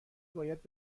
باید